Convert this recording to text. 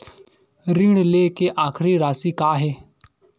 ऋण लेके आखिरी राशि का हे?